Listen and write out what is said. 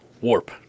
warp